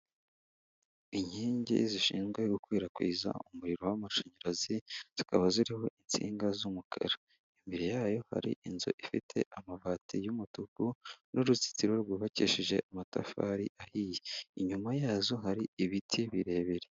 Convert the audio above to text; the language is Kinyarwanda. Inkingi zishinzwe gukwirakwiza umuriro w'amashanyarazi, zikaba ziriho insinga z'umukara, imbere yayo hari inzu ifite amabati y'umutuku n'uruzitiro rwubakishije amatafari ahiye, inyuma yazo hari ibiti birebire.